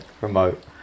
remote